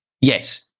Yes